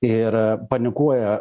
ir panikuoja